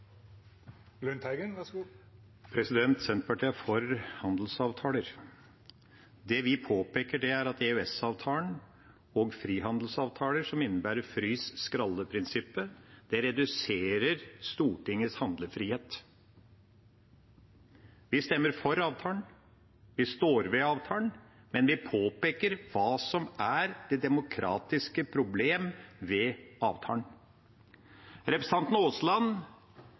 Senterpartiet er for handelsavtaler. Det vi påpeker, er at EØS-avtalen og frihandelsavtaler som innebærer frys- og skralleprinsippet, reduserer Stortingets handlefrihet. Vi stemmer for avtalen. Vi står ved avtalen. Men vi påpeker hva som er det demokratiske problemet ved avtalen. Representanten Aasland